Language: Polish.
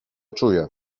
czuje